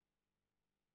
בסעיף (ב)